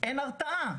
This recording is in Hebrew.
אין הרתעה.